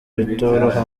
bitoroha